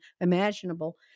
imaginable